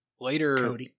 later